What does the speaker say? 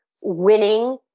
winning